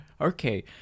Okay